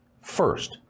First